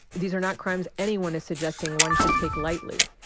these are not crimes anyone is suggesting one should take lightly.